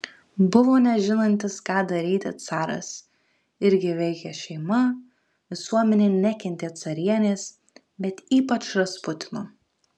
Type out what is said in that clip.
buvo nežinantis ką daryti caras irgi veikė šeima visuomenė nekentė carienės bet ypač rasputino